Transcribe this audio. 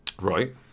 Right